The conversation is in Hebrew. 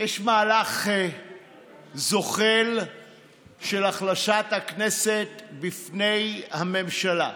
יש מהלך זוחל של החלשת הכנסת בפני הממשלה.